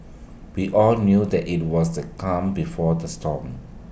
we all knew that IT was the calm before the storm